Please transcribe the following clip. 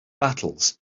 battles